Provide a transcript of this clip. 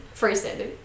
freestanding